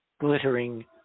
glittering